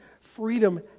freedom